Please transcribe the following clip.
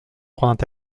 prendre